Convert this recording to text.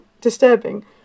disturbing